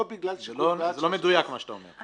לא בגלל שיקול דעת --- זה לא מדויק מה שאתה אומר.